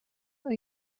are